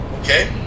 Okay